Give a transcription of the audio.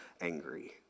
angry